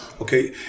okay